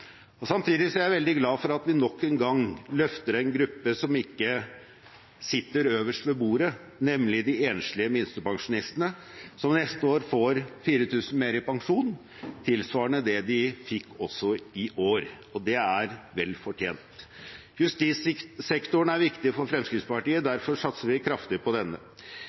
fellesskapet. Samtidig er jeg veldig glad for at vi nok en gang løfter en gruppe som ikke sitter øverst ved bordet, nemlig de enslige minstepensjonistene, som neste år får 4 000 kr mer i pensjon, tilsvarende det de fikk også i år. Det er velfortjent. Justissektoren er viktig for Fremskrittspartiet, derfor satser vi kraftig på denne.